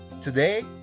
Today